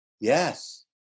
Yes